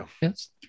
Yes